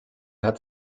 hat